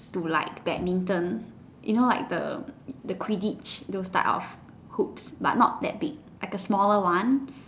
to like badminton you know like the quid ditch those type of hoops but not that big like the smaller one